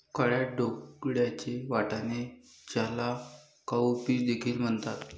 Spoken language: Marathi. काळ्या डोळ्यांचे वाटाणे, ज्याला काउपीस देखील म्हणतात